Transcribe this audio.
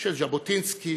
של ז'בוטינסקי